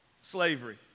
slavery